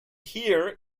here